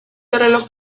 terreno